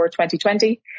2020